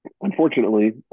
Unfortunately